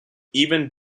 even